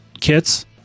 kits